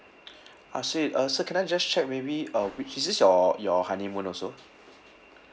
ah sorry uh sir can I just check maybe uh which is this your your honeymoon also